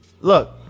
Look